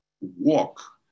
walk